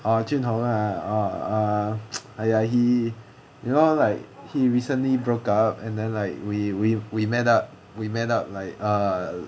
ah jun hong ah ah !aiya! he you know like he recently broke up and then like we we met up we met up like ah